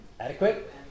Adequate